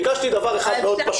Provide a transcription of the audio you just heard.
ביקשתי דבר אחד מאוד פשוט,